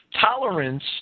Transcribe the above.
Tolerance